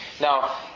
now